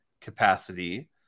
capacity